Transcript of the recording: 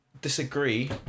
disagree